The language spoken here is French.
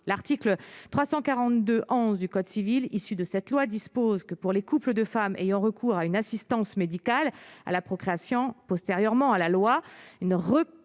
l'article 342 11 du code civil issu de cette loi dispose que pour les couples de femmes ayant recours à une assistance médicale à la procréation postérieurement à la loi,